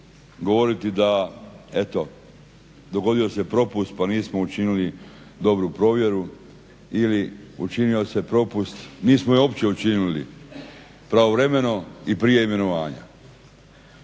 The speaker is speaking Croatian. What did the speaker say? govoriti da eto dogodio se propust pa nismo učinili dobru provjeru ili učinio se propust, nismo je uopće učinili pravovremeno i prije imenovanja.